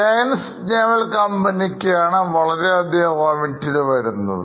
reliance naval കമ്പനിക്കാണ് വളരെയധികം Raw material വരുന്നത്